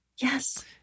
Yes